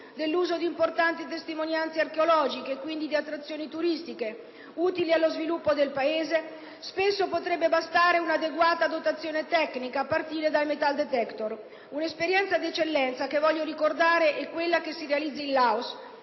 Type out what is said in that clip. dell'uso di importanti testimonianze archeologiche e, quindi, di attrazioni turistiche utili allo sviluppo del Paese, spesso sarebbe sufficiente una adeguata dotazione tecnica, a partire dai *metal detector*. Un'esperienza d'eccellenza che voglio ricordare è quella che si realizza in Laos,